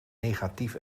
negatief